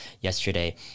yesterday